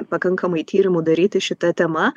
pakankamai tyrimų daryti šita tema